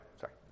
Sorry